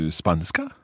spanska